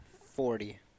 forty